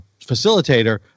facilitator